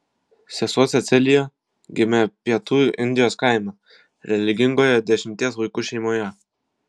sesuo cecilija gimė pietų indijos kaime religingoje dešimties vaikų šeimoje